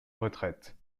retraite